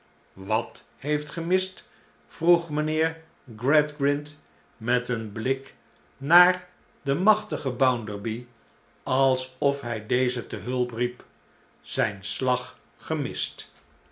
wat heeft gemist vroeg mijnheer gradmijnheer bounderby woedt ingelicht omtrent de kunsttermen grind met een blik naar den machtigen bounderby alsof hij dezen te hulp riep zijn slag gemist